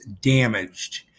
damaged